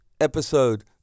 episode